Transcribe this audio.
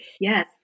Yes